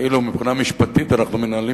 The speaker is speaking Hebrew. כאילו מבחינה משפטית אנחנו מנהלים